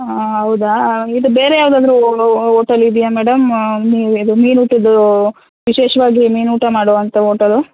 ಹಾಂ ಹೌದಾ ಇದು ಬೇರೆ ಯಾವುದಾದ್ರೂ ಓಟೆಲ್ ಇದ್ಯಾ ಮೇಡಮ್ ಮಿ ಇದು ಮೀನು ಊಟದ್ದು ವಿಶೇಷವಾಗಿ ಮೀನು ಊಟ ಮಾಡುವಂತಹ ಹೋಟಲು